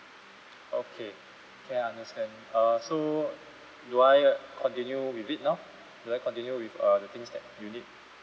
okay okay I understand uh so do I uh continue with it now do I continue with uh the things that you need